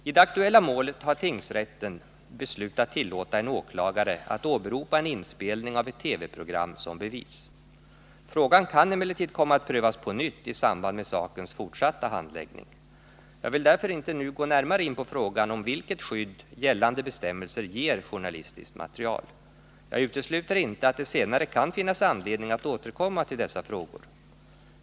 I det aktuella målet har tingsrätten beslutat tillåta en åklagare att åberopa en inspelning av ett TV-program som bevis. Frågan kan emellertid komma att prövas på nytt i samband med sakens fortsatta handläggning. Jag vill därför inte nu gå närmare in på frågan om vilket skydd gällande bestämmelser ger journalistiskt material. Jag utesluter inte att det senare kan finnas anledning att återkomma till dessa frågor.